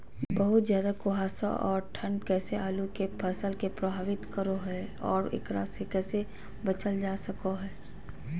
बहुत ज्यादा कुहासा और ठंड कैसे आलु के फसल के प्रभावित करो है और एकरा से कैसे बचल जा सको है?